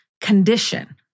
condition